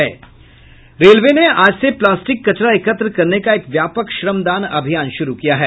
railway ने आज से प्लास्टिक कचरा एकत्र करने का एक व्यापक श्रमदान अभियान शुरू किया है